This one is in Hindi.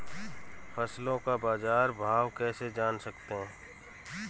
फसलों का बाज़ार भाव कैसे जान सकते हैं?